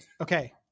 Okay